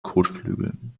kotflügeln